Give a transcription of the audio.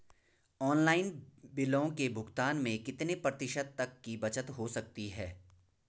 Online बिलों के भुगतान में कितने प्रतिशत तक की बचत हो सकती है?